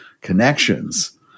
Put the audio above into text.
connections